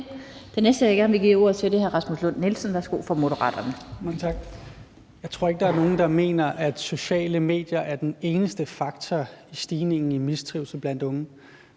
Den næste, jeg gerne vil give ordet til, er hr. Rasmus Lund-Nielsen fra Moderaterne. Værsgo. Kl. 17:06 Rasmus Lund-Nielsen (M): Mange tak. Jeg tror ikke, der er nogen, der mener, at sociale medier er den eneste faktor i stigningen i mistrivsel blandt unge.